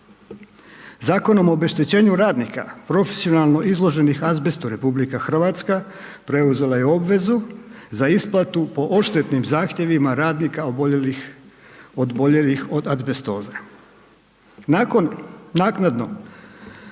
Zakonom o obeštećenju radnika profesionalno izloženih azbestu, RH preuzela je obvezu za isplatu po odštetnim zahtjevima radnika oboljelih od azbestoze. Nakon naknadno